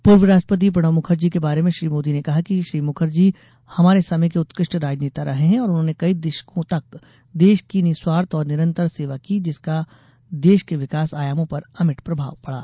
पूर्व राष्ट्रपति प्रणव मुखर्जी के बारे में श्री मोदी ने कहा कि श्री मुखर्जी हमारे समय के उत्कृष्ट राजनेता रहे और उन्होंने कई दशकों तक देश की निःस्वार्थ ओर निरन्तर सेवा की जिसका देश के विकास आयामों पर अमिट प्रभाव पड़ा